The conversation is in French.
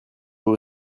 vous